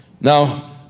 Now